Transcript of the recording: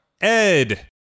Ed